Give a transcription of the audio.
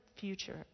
future